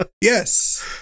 Yes